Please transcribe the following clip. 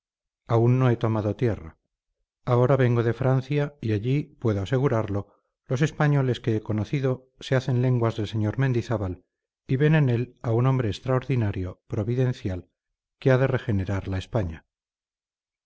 aún no he tomado tierra ahora vengo de francia y allí puedo asegurarlo los españoles que he conocido se hacen lenguas del sr mendizábal y ven en él a un hombre extraordinario providencial que ha de regenerar la españa